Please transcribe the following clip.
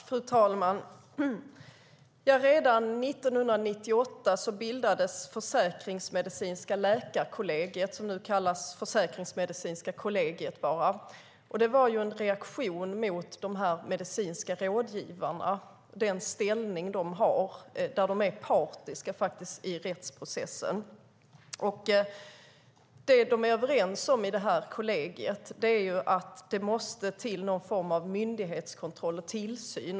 Fru talman! Redan 1998 bildades Försäkringsmedicinska läkarkollegiet, som nu kallas Försäkringsmedicinska kollegiet. Det var en reaktion mot den ställning de medicinska rådgivarna har. De är faktiskt partiska i rättsprocessen. Det man i kollegiet är överens om är att det måste till någon form av myndighetskontroll och tillsyn.